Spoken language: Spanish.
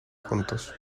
juntos